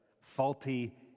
faulty